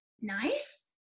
nice